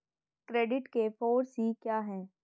Credit के four C क्या हैं?